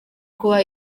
kuba